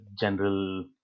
general